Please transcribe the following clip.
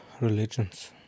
religions